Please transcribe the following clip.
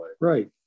Right